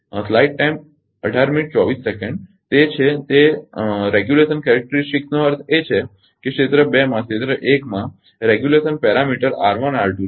તે છે તે નિયમન લાક્ષણિકતાનો અર્થ એ છે કે ક્ષેત્ર 2 માં ક્ષેત્ર 1 માં નિયમન પરિમાણ છે